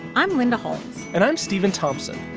i'm linda holmes and i'm stephen thompson.